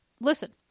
Listen